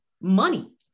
money